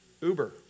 Uber